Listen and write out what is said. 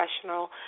professional